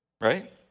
Right